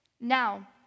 Now